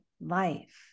life